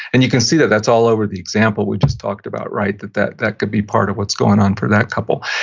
and you can see that that's all over the example we just talked about, that that that could be part of what's going on for that couple.